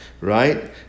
right